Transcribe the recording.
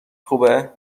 خوبه